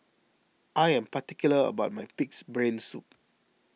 I am particular about my Pig's Brain Soup